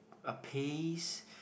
a pace